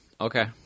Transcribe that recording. Okay